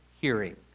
hearing